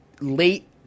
late